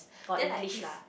or English lah